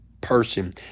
person